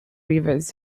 rivers